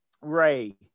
Ray